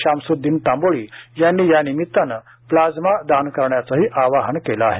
शामसुद्दीन तांबोळी यांनी या निमित्तानं प्लाझ्मा दान करण्याचंही आवाहन केलं आहे